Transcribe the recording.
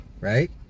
Right